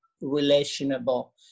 relational